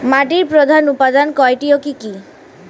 মাটির প্রধান উপাদান কয়টি ও কি কি?